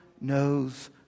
knows